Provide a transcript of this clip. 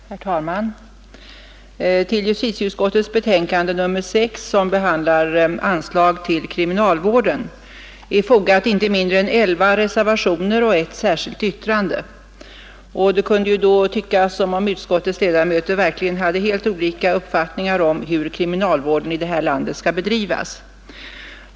Herr talman! Till justitieutskottets betänkande nr 6, som behandlar anslag till kriminalvården, är fogade inte mindre än 11 reservationer och ett särskilt yttrande. Det kunde då tyckas som om utskottets ledamöter verkligen hade helt olika uppfattningar om hur kriminalvården i det här landet skall bedrivas.